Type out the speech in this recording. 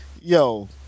yo